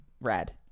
Red